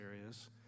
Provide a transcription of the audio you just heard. areas